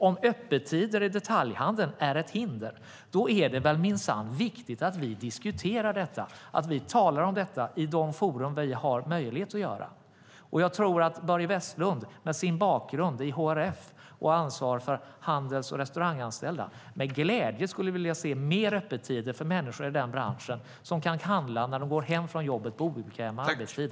Om öppettider i detaljhandeln är ett hinder är det viktigt att vi diskuterar detta och talar om detta i de forum där vi har möjlighet att göra det. Jag tror att Börje Vestlund, med sin bakgrund i HRF med ansvar för hotell och restauranganställda, gärna skulle se utökade öppettider för människor i den branschen så att de kan handla när de går hem från jobbet på obekväm arbetstid.